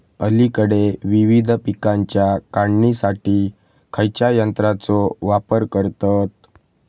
अलीकडे विविध पीकांच्या काढणीसाठी खयाच्या यंत्राचो वापर करतत?